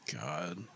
God